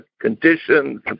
conditions